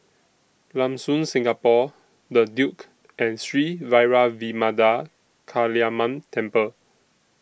Lam Soon Singapore The Duke and Sri Vairavimada Kaliamman Temple